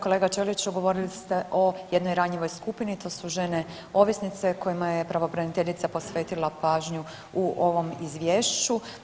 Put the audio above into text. Kolega Ćeliću, govorili ste o jednoj ranjivoj skupini, to su žene ovisnice kojima je pravobraniteljica posvetila pažnju u ovom izvješću.